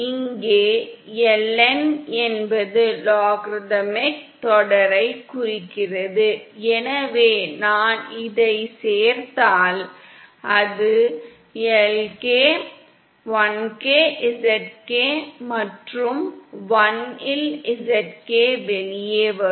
இங்கே Ln என்பது logarithmic தொடரைக் குறிக்கிறது எனவே நான் இதைச் சேர்த்தால் அது lk zk மற்றும் 1 இல் zk க்கு வெளியே வரும்